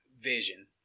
vision